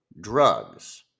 drugs